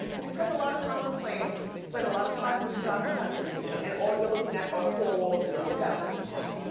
you spend a lot of time on planes, you spend a lot of times in exotic countries. yeah. and all you're looking at are the four walls in your hotel. ah